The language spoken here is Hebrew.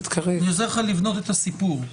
אני עוזר לך לבנות את הסיפור.